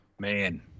Man